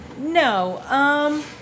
No